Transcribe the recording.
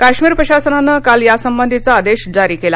काश्मीर प्रशासनानं काल यासंबंधीचा आदेश जारी केला